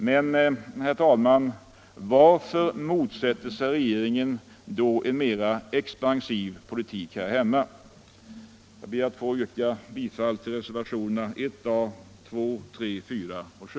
Men varför motsätter sig regeringen då en mera expansiv politik här hemma? Herr talman! Jag ber att få yrka bifall till reservationerna I A, 2, 3, 4 och 7.